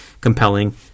compelling